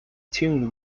tuned